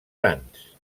grans